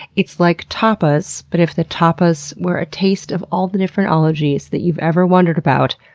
it's like tapas, but if the tapas were a taste of all the different ologies that you've ever wondered about,